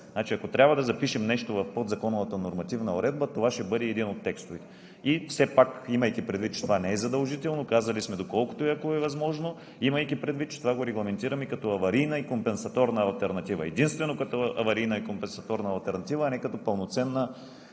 Ако трябва да запишем нещо в подзаконовата нормативна уредба, това ще бъде един от текстовете. Все пак имайте предвид, че това не е задължително, казали сме доколкото и ако е възможно, имайки предвид, че това го регламентираме като аварийна и компенсаторна алтернатива. Единствено като аварийна и компенсаторна алтернатива, а не като пълноценна